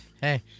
Hey